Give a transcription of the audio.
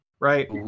Right